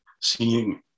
seeing